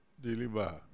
deliver